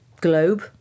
globe